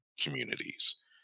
communities